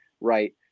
right